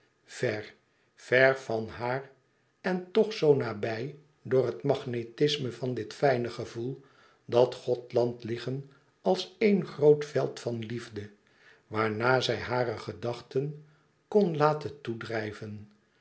vér vér van haar en toch zoo nabij door het magnetisme van dit fijne gevoel dat gothland liggen als eén grot veld van liefde waarnaar zij hare gedachten kon laten toedrijven